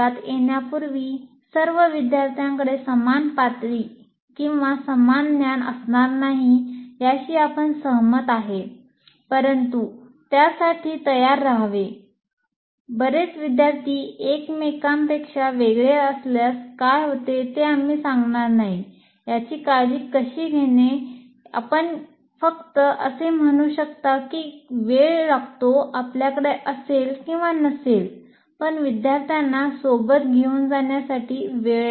वर्गात येण्यापूर्वी सर्व विद्यार्थ्यांकडे समान पातळी किंवा समान ज्ञान असणार नाही याशी आपण सहमत आहे परंतु त्यासाठीच तयार राहावे